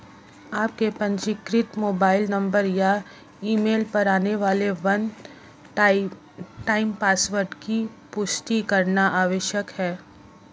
आपके पंजीकृत mobile number या ईमेल पर आने वाले वन टाइम पासवर्ड की पुष्टि करना आवश्यक है